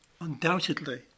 undoubtedly